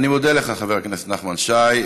אני מודה לך, חבר הכנסת נחמן שי.